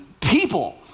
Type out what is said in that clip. people